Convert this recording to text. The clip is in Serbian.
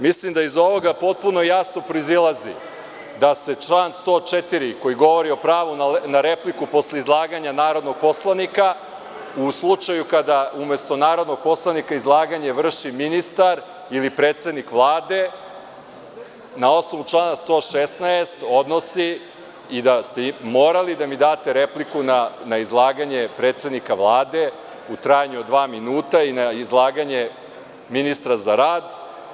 Mislim da iz ovoga potpuno jasno proizilazi da se član 104, koji govori o pravu na repliku posle izlaganja narodnog poslanika, u slučaju kada umesto narodnog poslanika izlaganje vrši ministar ili predsednik Vlade, na osnovu člana 116. odnosi i da ste morali da mi date repliku na izlaganje predsednika Vlade u trajanju od dva minuta i na izlaganje ministra za rad.